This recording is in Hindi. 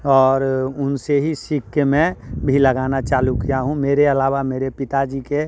और उनसे ही सीख के मैं भी लगाना चालू किया हूँ मेरे अलावा मेरे पिताजी के